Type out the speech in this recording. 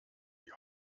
die